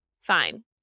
fine